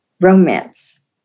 romance